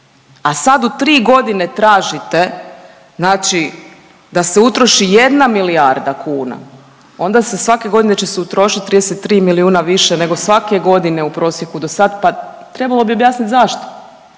a sad u tri godine tražite da se utroši jedna milijarda kuna onda se svake godine će se utrošit 33 milijuna više nego svake godine u prosjeku do sad pa trebalo bi objasnit zašto.